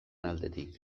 aldetik